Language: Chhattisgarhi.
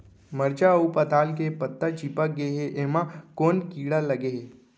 मरचा अऊ पताल के पत्ता चिपक गे हे, एमा कोन कीड़ा लगे है?